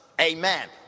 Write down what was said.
amen